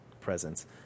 presence